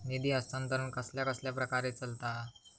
निधी हस्तांतरण कसल्या कसल्या प्रकारे चलता?